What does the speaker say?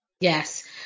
Yes